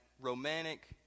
romantic